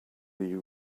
you